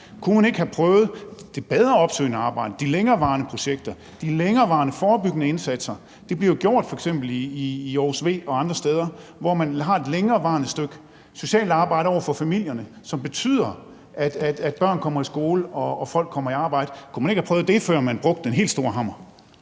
deres børn, have prøvet det bedre opsøgende arbejde, de længerevarende projekter, de længerevarende forebyggende indsatser? Det bliver jo gjort i f.eks. Aarhus V og andre steder, hvor man har et længerevarende stykke socialt arbejde over for familierne, som betyder, at børn kommer i skole, og at folk kommer i arbejde. Kunne man ikke have prøvet det, før man brugte den helt store hammer?